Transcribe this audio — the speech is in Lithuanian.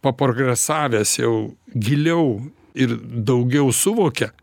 paprogresavęs jau giliau ir daugiau suvokia